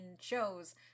shows